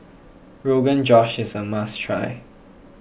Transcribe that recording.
Rogan Josh is a must try